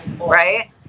right